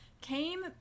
Came